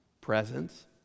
presence